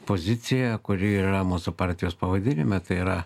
poziciją kuri yra mūsų partijos pavadinime tai yra